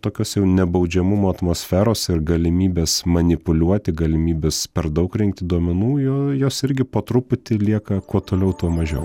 tokios jau nebaudžiamumo atmosferos ir galimybės manipuliuoti galimybės per daug rinkti duomenų jo juos irgi po truputį lieka kuo toliau tuo mažiau